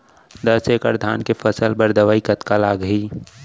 दस एकड़ धान के फसल बर दवई कतका लागही?